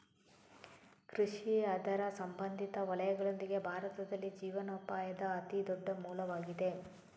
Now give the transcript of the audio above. ಕೃಷಿ ಅದರ ಸಂಬಂಧಿತ ವಲಯಗಳೊಂದಿಗೆ, ಭಾರತದಲ್ಲಿ ಜೀವನೋಪಾಯದ ಅತಿ ದೊಡ್ಡ ಮೂಲವಾಗಿದೆ